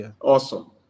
Awesome